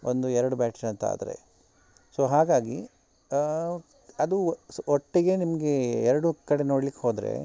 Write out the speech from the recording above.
ಒಂದು ಎರಡು ಬ್ಯಾಟ್ರಿ ಅಂತ ಆದರೆ ಸೊ ಹಾಗಾಗಿ ಅದು ಸ್ ಒಟ್ಟಿಗೆ ನಿಮಗೆ ಎರಡು ಕಡೆ ನೋಡ್ಲಿಕ್ಕೆ ಹೋದರೆ